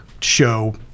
show